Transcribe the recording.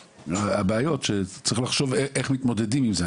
והבעיות שצריך לחשוב איך מתמודדים עם זה,